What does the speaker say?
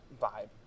vibe